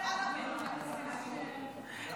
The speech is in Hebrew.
אומרים עַנַבֶּה.